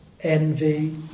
envy